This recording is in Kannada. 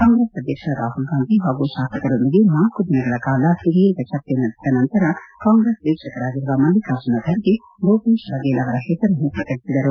ಕಾಂಗ್ರೆಸ್ ಅಧ್ಯಕ್ಷ ರಾಹುಲ್ಗಾಂಧಿ ಹಾಗೂ ಶಾಸಕರೊಂದಿಗೆ ನಾಲ್ಲು ದಿನಗಳ ಕಾಲ ಸುದೀರ್ಘ ಚರ್ಚೆ ನಡೆಸಿದ ನಂತರ ಕಾಂಗ್ರೆಸ್ ವೀಕ್ಷಕರಾಗಿರುವ ಮಲ್ತಿಕಾರ್ಜುನ ಖರ್ಗೆ ಭೂಪೇಶ್ ಬಫೇಲ್ ಅವರ ಹೆಸರನ್ನು ಪ್ರಕಟಿಸಿದರು